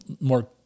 more